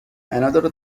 another